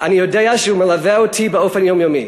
אני יודע שהוא מלווה אותי באופן יומיומי.